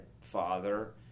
father